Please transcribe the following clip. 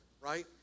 right